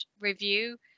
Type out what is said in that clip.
review